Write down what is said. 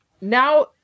now